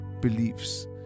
beliefs